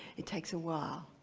it takes a while.